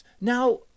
now